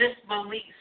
disbelief